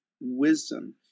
wisdom